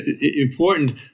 important